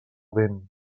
vent